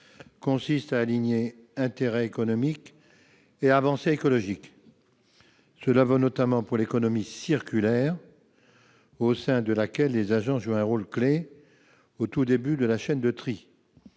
consiste à aligner intérêts économiques et avancées écologiques. Cela vaut notamment pour l'économie circulaire, au sein de laquelle les agents jouent un rôle clef au tout début de la chaîne du tri.